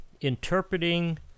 interpreting